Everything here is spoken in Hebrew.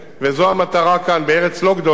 וזו המטרה כאן, בארץ לא גדולה,